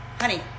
honey